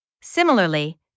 Similarly